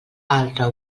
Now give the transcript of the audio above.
altre